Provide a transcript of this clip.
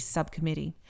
Subcommittee